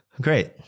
Great